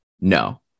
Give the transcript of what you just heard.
No